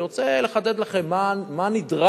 אני רוצה לחדד לכם מה נדרש